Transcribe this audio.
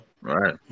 Right